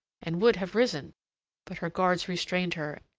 and would have risen but her guards restrained her,